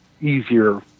easier